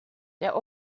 der